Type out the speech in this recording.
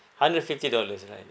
hundred fifty dollars right